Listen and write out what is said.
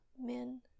men